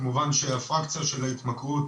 כמובן שהפונקציה של ההתמכרות